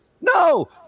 No